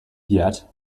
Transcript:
yet